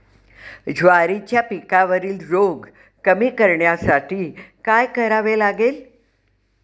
ज्वारीच्या पिकावरील रोग कमी करण्यासाठी काय करावे लागेल?